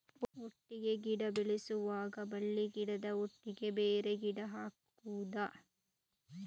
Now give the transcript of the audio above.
ಒಟ್ಟಿಗೆ ಗಿಡ ಬೆಳೆಸುವಾಗ ಬಳ್ಳಿ ಗಿಡದ ಒಟ್ಟಿಗೆ ಬೇರೆ ಗಿಡ ಹಾಕುದ?